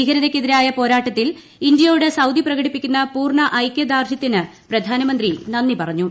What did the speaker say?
ഭീകരതയ്ക്കെതിരായ പോരാട്ടത്തിൽ ഇന്ത്യയോട് സൌദി പ്രകടിപ്പിക്കുന്ന പൂർണ്ണ് ഐക്യ്ദാർഡ്യത്തിന് പ്രധാനമന്ത്രി നന്ദി പറഞ്ഞു